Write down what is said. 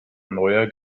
neuer